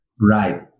Right